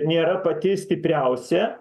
nėra pati stipriausia